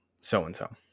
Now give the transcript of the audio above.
so-and-so